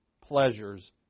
Pleasures